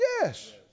Yes